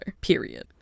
Period